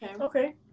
Okay